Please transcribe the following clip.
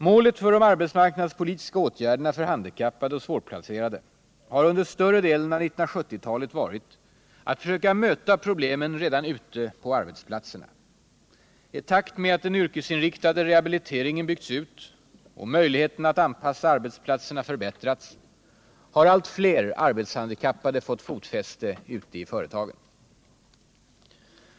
Målet för de arbetsmarknadspolitiska åtgärderna för handikappade och svårplacerade har under större delen av 1970-talet varit att försöka möta problemen redan ute på arbetsplatserna. I takt med att den yrkesinriktade rehabiliteringen byggts ut och möjligheterna att anpassa arbetsplatserna förbättrats, har allt fler arbetshandikappade fått fotfäste ute i företagen.